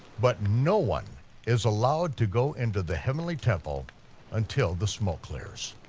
but no one is allowed to go into the heavenly temple until the smoke clears.